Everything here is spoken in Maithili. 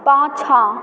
पाछाँ